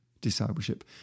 discipleship